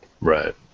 Right